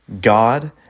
God